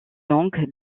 longue